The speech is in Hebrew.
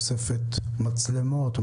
תוספת מצלמות?